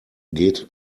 geht